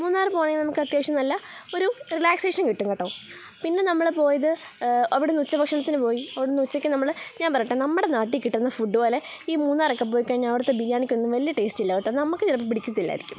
മൂന്നാർ പോവണമെങ്കിൽ നമുക്ക് അത്യാവശ്യം നല്ല ഒരു റിലാക്സേക്ഷൻ കിട്ടും കേട്ടോ പിന്നെ നമ്മൾ പോയത് അവിടുന്ന് ഉച്ച ഭക്ഷണത്തിനു പോയി അവിടുന്ന് ഉച്ചയ്ക്ക് നമ്മൾ ഞാൻ പറയട്ടെ നമ്മുടെ നാട്ടിൽ കിട്ടുന്ന ഫുഡ് പോലെ ഈ മൂന്നാറൊക്കെ പോയി കഴിഞ്ഞാൽ അവിടുത്തെ ബിരിയാണിക്ക് ഒന്നും വലിയ ടേസ്റ്റ് ഇല്ല കേട്ടോ നമുക്ക് ചിലപ്പോൾ പിടിക്കില്ലായിരിക്കും